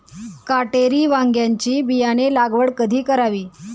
काटेरी वांग्याची बियाणे लागवड कधी करावी?